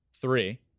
three